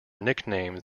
nicknamed